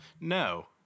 no